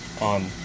on